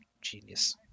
genius